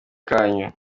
kanyu